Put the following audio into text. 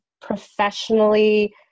professionally